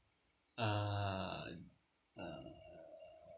uh err